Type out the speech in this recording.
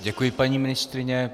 Děkuji, paní ministryně.